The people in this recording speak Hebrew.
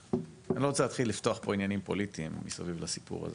אני לא רוצה להתחיל לפתוח פה עניינים פוליטיים מסביב לסיפור הזה,